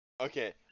Okay